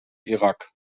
irak